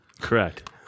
Correct